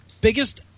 biggest –